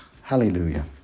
Hallelujah